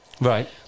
right